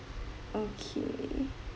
okay